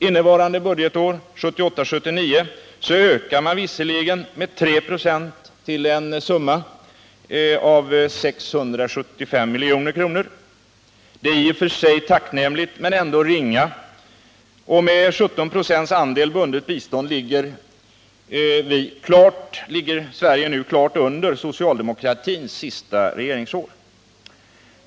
Innevarande budgetår, 1978/79, ökar man visserligen med 3 96 till 675 milj.kr. Det är i och för sig tacknämligt men ändå ringa, och 17 96 andel bundet bistånd är klart mindre än vad som gällde under socialdemokratins sista regeringsår.